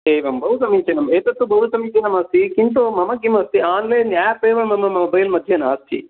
एवं बहु समीचिनं एतत्तु बहु समीचिनमस्ति किन्तु मम किमस्ति आन्लैन् आप् एव मम मोबैल् मध्ये नास्ति